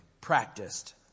practiced